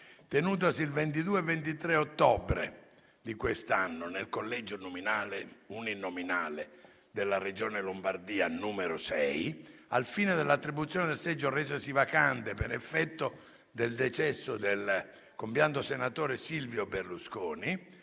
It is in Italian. tenutasi il 22 e 23 ottobre di quest’anno nel collegio uninominale della Regione Lombardia n. 6, al fine dell’attribuzione del seggio resosi vacante per effetto del decesso del compianto senatore Silvio Berlusconi,